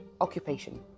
occupation